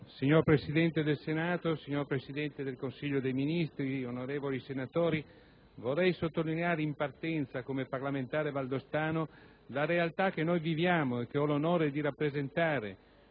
Signor Presidente del Senato, signor Presidente del Consiglio dei ministri, onorevoli senatori, vorrei sottolineare in partenza, come parlamentare valdostano, la realtà che noi viviamo e che ho l'onore di rappresentare,